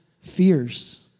fears